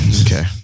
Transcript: Okay